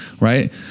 right